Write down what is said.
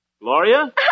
Gloria